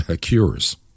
cures